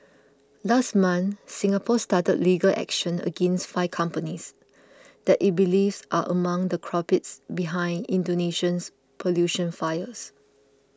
last month Singapore started legal action against five companies that it believes are among the culprits behind Indonesia's pollution fires